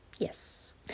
Yes